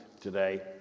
today